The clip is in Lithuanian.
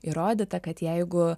įrodyta kad jeigu